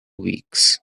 weeks